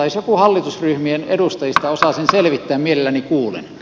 jos joku hallitusryhmien edustajista osaa sen selvittää mielelläni kuulen